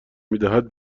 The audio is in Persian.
میدهد